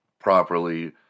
properly